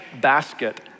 basket